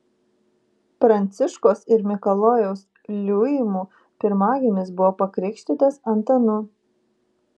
pranciškos ir mikalojaus liuimų pirmagimis buvo pakrikštytas antanu